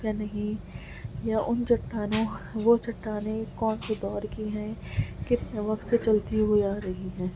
یا نہیں یا ان چٹانوں وہ چٹانیں کون سے دور کی ہیں کتنے وقت سے چلتی ہوئی آ رہی ہیں